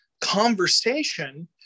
conversation